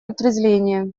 отрезвления